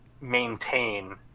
maintain